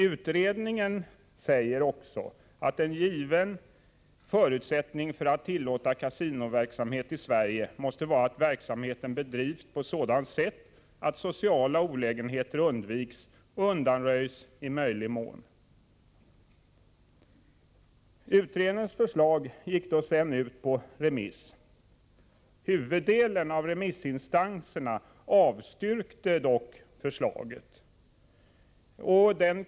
Utredningen sade också att en given förutsättning för att tillåta kasinoverksamhet i Sverige måste vara att verksamheten bedrivs på ett sådant sätt att sociala olägenheter undviks och undanröjs i möjlig mån. Utredningens förslag gick sedan ut på remiss. Huvuddelen av remissinstanserna avstyrkte dock förslaget.